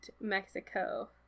Mexico